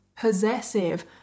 possessive